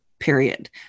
period